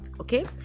Okay